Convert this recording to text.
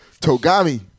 Togami